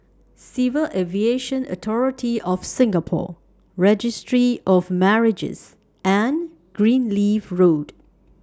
Civil Aviation Authority of Singapore Registry of Marriages and Greenleaf Road